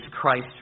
Christ